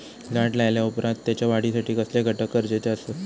झाड लायल्या ओप्रात त्याच्या वाढीसाठी कसले घटक गरजेचे असत?